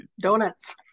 Donuts